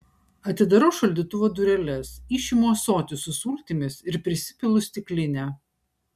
atidarau šaldytuvo dureles išimu ąsotį su sultimis ir prisipilu stiklinę